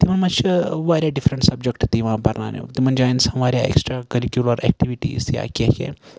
تِمن منٛز چھِ واریاہ ڈِفرنٹ سَبجکٹ تہِ یِوان پَرناینہِ تِمن جاین آسان واریاہ اٮ۪کٕسٹرا کٔرِکیوٗلر اٮ۪کٹِوٹیٖز یا کیٚنہہ کیٚنہہ